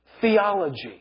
theology